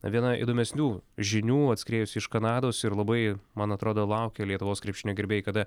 viena įdomesnių žinių atskriejusi iš kanados ir labai man atrodo laukia lietuvos krepšinio gerbėjai kada